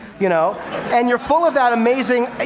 you know and you're full of that amazing ah